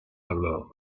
allo